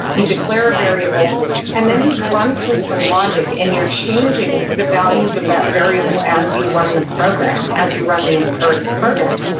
you declare a variable and then you run through some logic and you're changing the values of that variable as you run the program, as you run the imperative program.